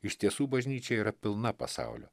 iš tiesų bažnyčia yra pilna pasaulio